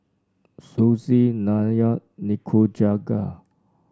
Sushi Naan Nikujaga